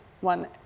one